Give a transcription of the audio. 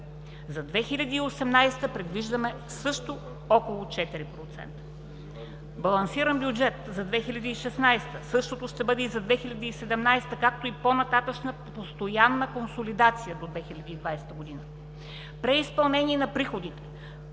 За 2018 г. предвиждаме също около 4%. Балансиран бюджет за 2016, същото ще бъде и за 2017, както и по-нататъшна постоянна консолидация до 2020 г. Преизпълнение на приходите.